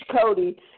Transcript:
cody